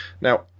now